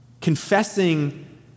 confessing